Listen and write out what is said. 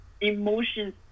emotions